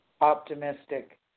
optimistic